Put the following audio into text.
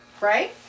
right